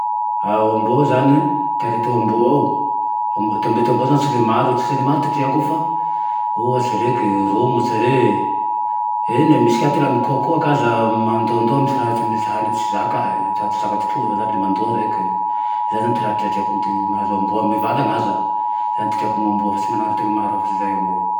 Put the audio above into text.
Ah oamboa io zane, ty arete io amboao, amboa ty mbetoa zao zane tsy le maro, tsy le maro ty treako io fa ohatsy reke romotsy re. Eny e, misy koa ty ilàe mikohakohaky aza mandoandoa. Ty misy raha mete misy hagne tsy zakae, na tsy zaka ty trony zane le mandoa reke. Zay zane ty raha treatreako amy ty mahazo amboa. Mivala aza, ty ano ty treako amy amboa fa tsy tena manao raha maro hafatsy ame zay raho amy amboa io